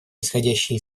исходящие